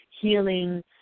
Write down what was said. healing